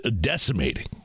decimating